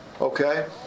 Okay